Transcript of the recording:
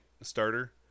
starter